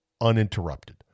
uninterrupted